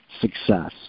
success